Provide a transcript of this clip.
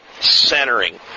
centering